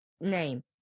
name